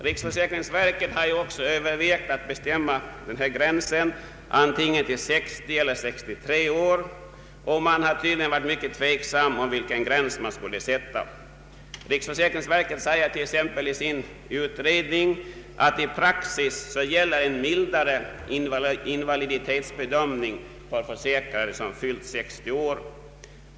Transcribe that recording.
Riksförsäkringsverket har också övervägt att fastställa denna gräns till antingen 60 eller 63 år; man har tydligen varit mycket tveksam om vilken gräns man skulle stanna för. Riksförsäkringsverket säger t.ex. i sin utredning att i praxis gäller en mildare invaliditetsbedömning för försäkrade som fyllt 60 år.